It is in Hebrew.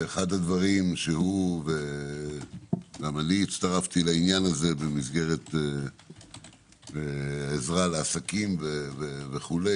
אחד הדברים שהוא וגם אני הצטרפתי לעניין הזה במסגרת עזרה לעסקים וכו',